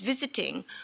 visiting